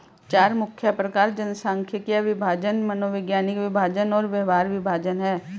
चार मुख्य प्रकार जनसांख्यिकीय विभाजन, मनोवैज्ञानिक विभाजन और व्यवहार विभाजन हैं